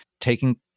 taking